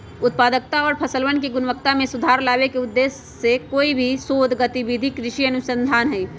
उत्पादकता और फसलवन के गुणवत्ता में सुधार लावे के उद्देश्य से कोई भी शोध गतिविधि कृषि अनुसंधान हई